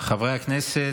חברי הכנסת,